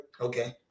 Okay